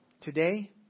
today